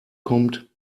kommt